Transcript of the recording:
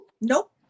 Nope